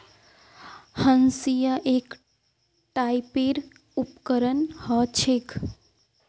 हंसिआ एक टाइपेर उपकरण ह छेक